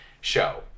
show